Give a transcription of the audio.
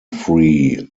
free